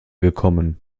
gekommen